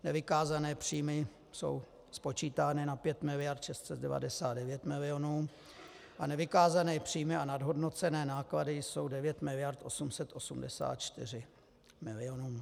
Nevykázané příjmy jsou spočítané na 5 miliard 699 milionů a nevykázané příjmy a nadhodnocené náklady jsou 9 miliard 884 milionů.